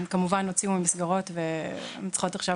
הן כמובן הוציאו מסגרות והן צריכות עכשיו